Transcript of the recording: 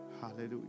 hallelujah